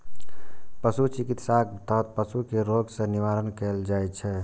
पशु चिकित्साक तहत पशु कें रोग सं निवारण कैल जाइ छै